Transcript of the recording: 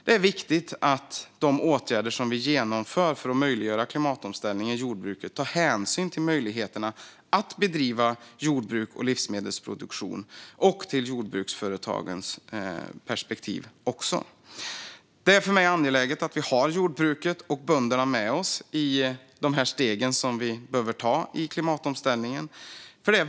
Det är viktigt att de åtgärder som vi genomför för att möjliggöra klimatomställning i jordbruket tar hänsyn till möjligheterna att bedriva jordbruks och livsmedelsproduktion och till jordbruksföretagens perspektiv. Det är för mig angeläget att vi har jordbruket och bönderna med oss i de steg som vi behöver ta i klimatomställningen.